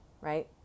right